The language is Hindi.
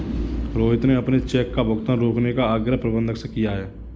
रोहित ने अपने चेक का भुगतान रोकने का आग्रह प्रबंधक से किया है